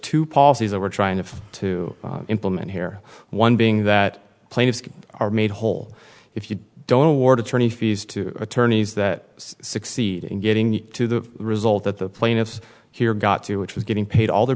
two policies that we're trying to implement here one being that plaintiffs are made whole if you don't ward attorney fees to attorneys that succeeded in getting to the result that the plaintiffs here got to which was getting paid all their